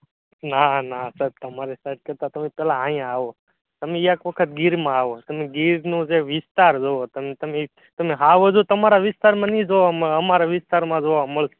ના ના સાહેબ તમારી સાઈડ કરતા તો પેલા અયાં આવો તમે એક વખત ગીરમાં આવો તમે ગીરનું જે વિસ્તાર જોવો તમે તમે તમને સાવજો તો તમારા વિસ્તારમાં ની જોવા નહીં મળે અમારા વિસ્તારમાં જોવા મળશે